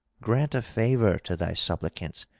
grant a favour to thy suppliants,